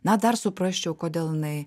na dar suprasčiau kodėl jinai